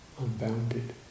unbounded